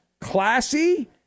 classy